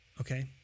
okay